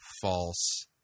false